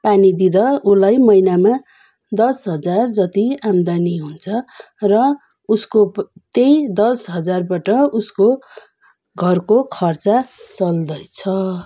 पानी दिँदा उसलाई महिनामा दस हजार जति आम्दानी हुन्छ र उसको त्यही दस हजारबाट उसको घरको खर्च चल्दैछ